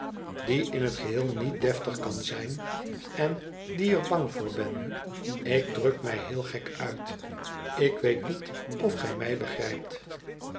die in het geheel niet de zijn kan en die er bang voor ben ik druk mij heel gek uit ik weet niet of gij mij begrijpt